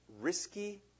risky